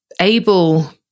able